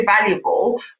valuable